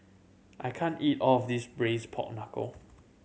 I can't eat all of this Braised Pork Knuckle